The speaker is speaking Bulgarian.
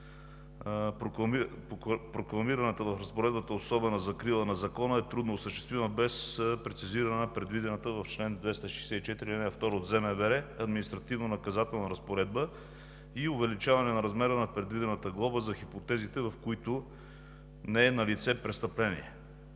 прокламираната в разпоредбата особена закрила на Закона е трудно осъществима без прецизиране на предвидената в чл. 264, ал. 2 от Закона за МВР административнонаказателна разпоредба и увеличаване на размера на предвидената глоба за хипотезите, в които не е налице престъпление.